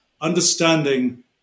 understanding